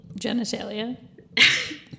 genitalia